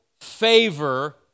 favor